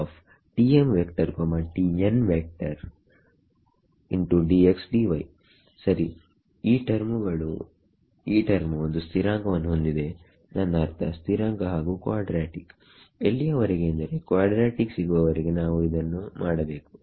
ಈ ಟರ್ಮು ಒಂದು ಸ್ಥಿರಾಂಕವನ್ನು ಹೊಂದಿದೆನನ್ನ ಅರ್ಥ ಸ್ಥಿರಾಂಕ ಹಾಗು ಕ್ವಾಡ್ರ್ಯಾಟಿಕ್ಎಲ್ಲಿಯವರೆಗೆ ಎಂದರೆ ಕ್ವಾಡ್ರ್ಯಾಟಿಕ್ ಸಿಗುವವರೆಗೆ ನಾವು ಇದನ್ನು ಮಾಡಬೇಕು